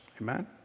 Amen